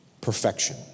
perfection